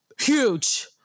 Huge